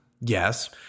yes